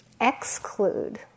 exclude